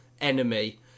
enemy